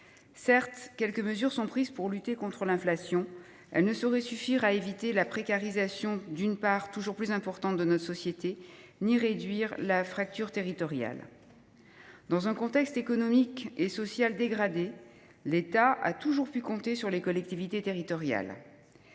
Certes, quelques mesures sont prises pour lutter contre l’inflation. Elles ne sauraient cependant suffire à éviter la précarisation d’une part toujours plus importante de notre société ni réduire la fracture territoriale. Dans un contexte économique et social dégradé, l’État a toujours pu compter sur les collectivités territoriales.